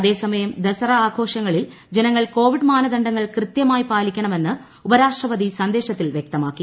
അതേസമയം ദസറ ആഘോഷങ്ങളിൽ ജനങ്ങൾ കോവിഡ് മാനദണ്ഡങ്ങൾ കൃത്യമായി പാലിക്കണമെന്ന് ഉപരാഷ്ട്രപതി സന്ദേശത്തിൽ വ്യക്തമാക്കി